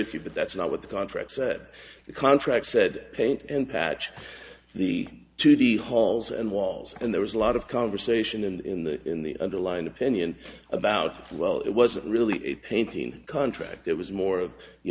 speed but that's not what the contract said the contract said paint and patch the to the halls and walls and there was a lot of conversation and in the in the underlined opinion about well it wasn't really a painting contract it was more